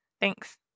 Thanks